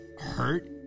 hurt